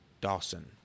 Dawson